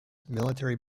military